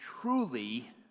truly